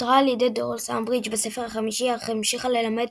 פוטרה על ידי דולורס אמברידג' בספר החמישי אך ממשיכה ללמד